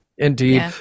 Indeed